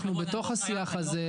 אנחנו בתוך השיח הזה,